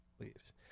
leaves